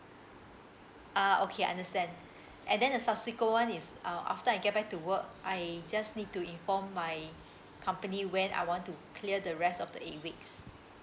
ah okay understand and then the subsequent one is uh after I get back to work I just need to inform my company when I want to clear the rest of the eight weeks